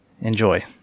Enjoy